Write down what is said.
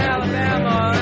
Alabama